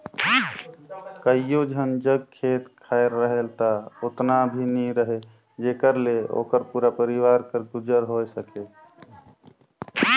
कइयो झन जग खेत खाएर रहेल ता ओतना भी नी रहें जेकर ले ओकर पूरा परिवार कर गुजर होए सके